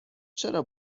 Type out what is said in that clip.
چرا